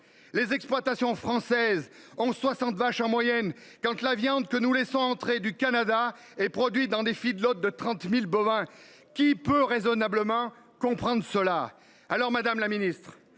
les exploitations françaises comptent en moyenne soixante vaches, quand la viande que nous laissons entrer du Canada est produite dans des de 30 000 bovins. Qui peut raisonnablement comprendre cela ?